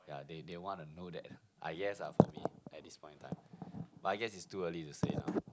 yeah they they wanna know that I guess ah for me at this point of time but I guess it's too early to say now